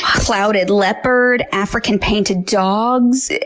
a clouded leopard, african painted dogs.